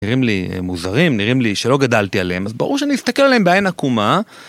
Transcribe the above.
נראים לי מוזרים, נראים לי שלא גדלתי עליהם, אז ברור שאני אסתכל עליהם בעין עקומה.